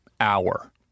hour